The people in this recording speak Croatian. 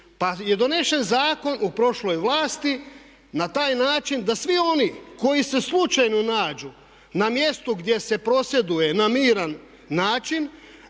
Pa je donesen zakon u prošloj vlasti na taj način da svi oni koji se slučajno nađu na mjestu gdje se prosvjeduje na miran način